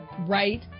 right